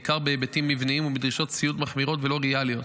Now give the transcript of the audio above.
בעיקר בהיבטים מבניים ודרישות ציוד מחמירות ולא ריאליות,